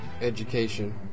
education